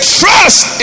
trust